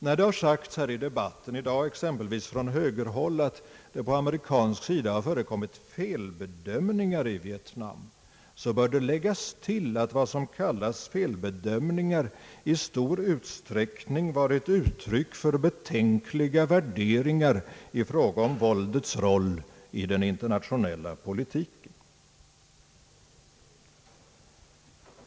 När det har sagts här i debatten i dag exempelvis från högerhåll att det från amerikansk sida har förekommit felbedömningar i Vietnam så bör det läggas till att vad som kallas felbedömningar i stor utsträckning varit uttryck för betänkliga värderingar i fråga om våldets roll i den internationella politiken.